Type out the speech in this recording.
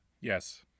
Yes